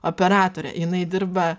operatorė jinai dirba